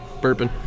burping